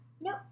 Nope